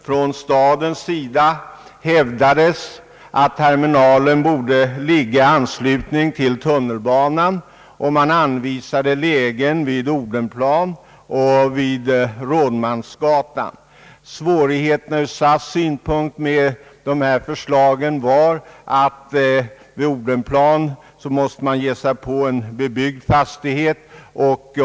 Från stadens sida hävdades att terminalen borde ligga i anslutning till tunnelbana och man anvisade lägen vid Odenplan och vid Rådmansgatan. Svårigheten med dessa förslag var ur SAS” synpunkt att det vid Odenplan var fråga om en bebyggd fastighet.